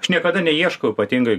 aš niekada neieškau ypatingai